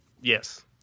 Yes